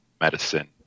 medicine